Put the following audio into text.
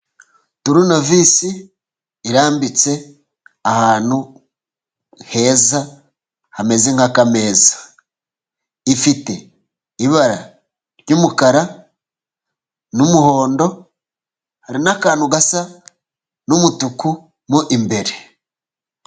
Turunovisi irambitse ahantu heza hameze nka kameza, ifite ibara ry'umukara n'umuhondo, hari n'akantu gasa n'umutuku mo imbere.